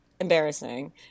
embarrassing